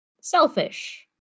selfish